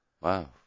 Wow